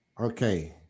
Okay